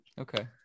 Okay